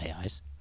AIs